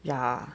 yah